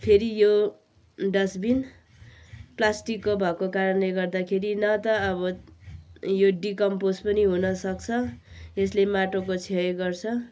फेरि यो डस्टबिन प्लास्टिकको भएको कारणले गर्दाखेरि न त अब यो डिकम्पोज पनि हुन सक्छ यसले माटोको क्षय गर्छ